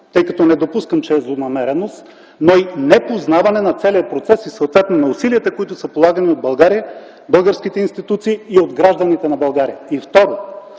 тъй като не допускам, че е злонамерено, но и непознаване на целия процес и съответно на усилията, полагани от България, българските институции и от гражданите на България?